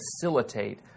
facilitate